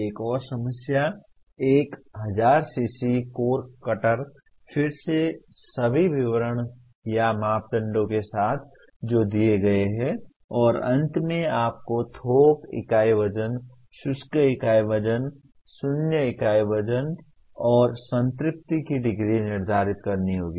एक और समस्या एक 1000 सीसी कोर कटर फिर से सभी विवरण या मापदंडों के साथ जो दिए गए हैं और अंत में आपको थोक इकाई वजन शुष्क इकाई वजन शून्य अनुपात और संतृप्ति की डिग्री निर्धारित करनी होगी